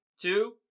two